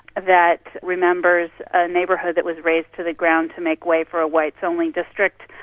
that remembers a neighbourhood that was razed to the ground to make way for a whites-only district,